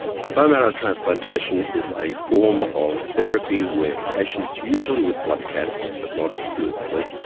so bone marrow transplantation is a form of therapy where patients, usually with blood cancers but not exclusively,